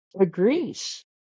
agrees